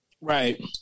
Right